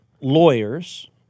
lawyers